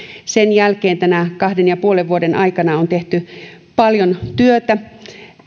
sen jälkeen tänä kahden ja puolen vuoden aikana on tehty paljon työtä